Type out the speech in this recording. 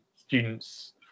students